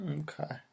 okay